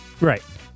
Right